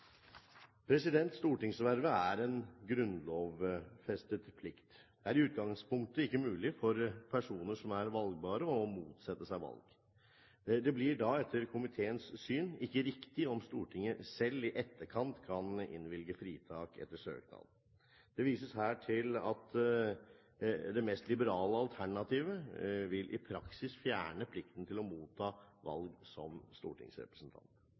Stortingsvervet er en grunnlovfestet plikt. Det er i utgangspunktet ikke mulig for personer som er valgbare, å motsette seg valg. Det blir da etter komiteens syn ikke riktig om Stortinget selv i etterkant kan innvilge fritak etter søknad. Det vises her til at det mest liberale alternativet i praksis vil fjerne plikten til å motta valg som stortingsrepresentant. Det er viktig for forståelsen av vervet som stortingsrepresentant